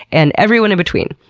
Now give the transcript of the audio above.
and everyone in between.